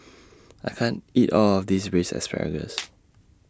I can't eat All of This Braised Asparagus